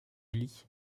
lit